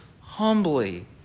humbly